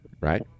right